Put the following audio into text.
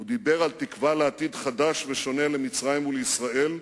הוא דיבר על תקווה לעתיד חדש ושונה למצרים ולישראל,